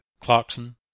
Clarkson